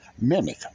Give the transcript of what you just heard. Mimic